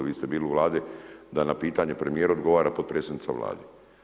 Vi ste bili u vladi da na pitanje premijeru odgovara potpredsjednica Vlade.